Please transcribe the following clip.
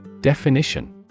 Definition